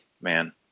man